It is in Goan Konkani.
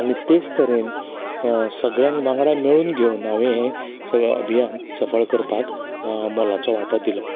आनी तेंच तरेन सगळ्यांक वांगडा मेळून घेवून हांवें हें अभियान सफळ करपाक मोलाचो वाटो दिलो